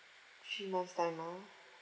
three months' time ah